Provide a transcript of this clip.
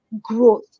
growth